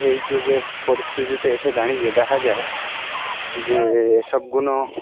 এই যুগের পরিস্থিতিতে এসে দাঁড়িয়ে দেখা যায় যে এ সবগুলো